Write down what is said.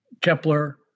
Kepler